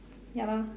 ya lor